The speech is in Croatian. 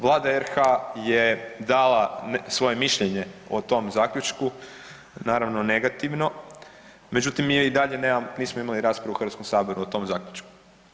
Vlada RH je dala svoje mišljenje o tom zaključku, naravno negativno, međutim mi i dalje nismo imali raspravu u Hrvatskom saboru o tom zaključku.